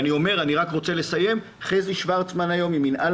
אני רוצה לסיים חזי שוורצמן ממינהל